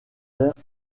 rambert